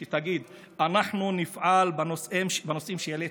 שתגיד: אנחנו נפעל בנושאים שהעלית,